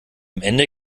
ende